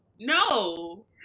No